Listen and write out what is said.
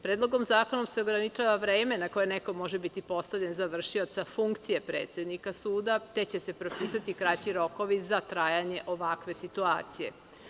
Predlogom zakona se ograničava vreme na koje može biti postavljen za vršioca funkcije predsednika suda, te će se propisati kraći rokovi za trajanje ovakve situacije.